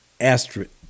asterisk